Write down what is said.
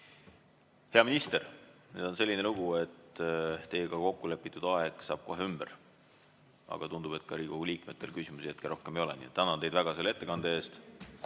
Hea minister! Nüüd on selline lugu, et teiega kokku lepitud aeg saab kohe ümber. Aga tundub, et ka Riigikogu liikmetel küsimusi rohkem ei ole. Tänan teid väga ettekande eest!